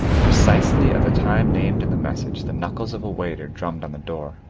precisely at the time named in the messa the knuckles of a waiter drummed on the door,